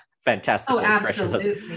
fantastic